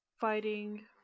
fighting